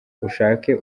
ushake